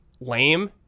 lame